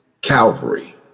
Calvary